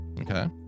Okay